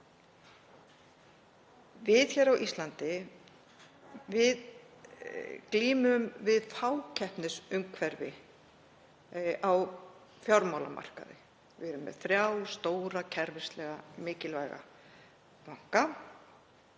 Við hér á Íslandi glímum við fákeppnisumhverfi á fjármálamarkaði. Við erum með þrjá stóra kerfislega mikilvæga banka